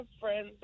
friends